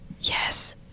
Yes